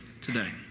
today